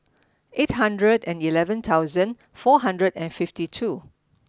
eight hundred and eleven thousand four hundred and fifty two